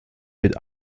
wird